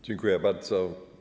Dziękuję bardzo.